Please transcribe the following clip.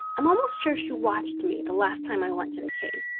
i'm almost sure she watched me the last time i went to the cave.